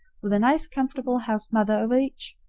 with a nice comfortable house mother over each?